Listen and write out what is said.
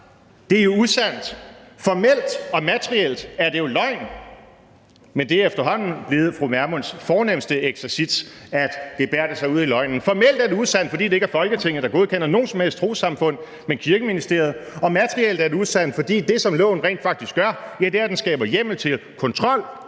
Det er jo usandt. Formelt og materielt er det jo løgn, men det er efterhånden blevet fru Vermunds fornemste eksercits at gebærde sig ud i løgnen. Formelt er det usandt, fordi det ikke er Folketinget, der godkender nogen som helst trossamfund, men Kirkeministeriet. Og materielt er det usandt, fordi det, som loven rent faktisk gør, er, at den skaber hjemmel til kontrol